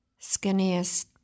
skinniest